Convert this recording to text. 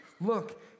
Look